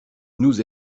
nous